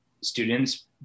students